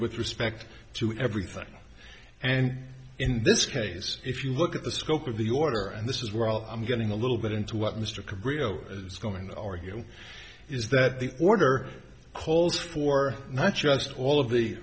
with respect to everything and in this case if you look at the scope of the order and this is where all i'm getting a little bit into what mr cabrio is going to argue is that the order calls for not just all of the